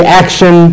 action